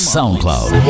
SoundCloud